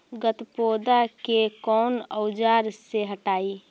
गत्पोदा के कौन औजार से हटायी?